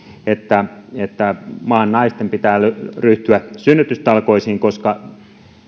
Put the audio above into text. että että maan naisten pitää ryhtyä synnytystalkoisiin koska